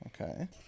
Okay